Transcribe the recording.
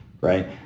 right